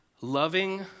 loving